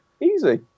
Easy